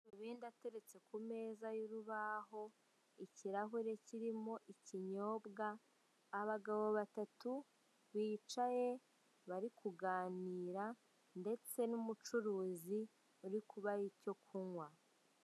Ateretse ku meza y'urubaho, ikirahure kirimo ikinyobwa. Abagabo batatu bicaye bari kuganira ndetse n'umucuruzi uri kubaha icyo kunywa.